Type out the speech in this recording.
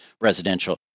residential